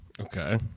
Okay